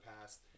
past